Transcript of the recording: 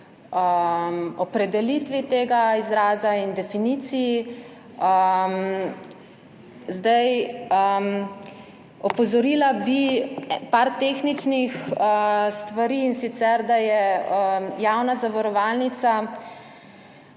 opredelitvi tega izraza in definiciji. Opozorila bi na par tehničnih stvari, in sicer da je javna zavarovalnica,